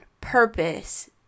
purpose